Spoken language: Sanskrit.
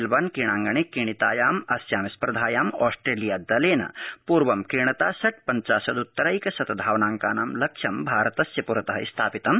अध मस्सिर्न क्रीडांगणक्रीडितायाम् अस्यां स्पर्धायां ऑस्ट्रविंय दलतपूर्व क्रीडता षट् पञ्चाशदत्तरैकशत धावनांकाना लक्ष्यं भारतस्य पुरत स्थापितम्